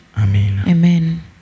Amen